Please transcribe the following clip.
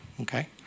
Okay